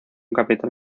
capitán